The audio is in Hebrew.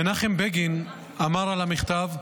מנחם בגין אמר על המכתב: